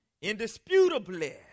Indisputably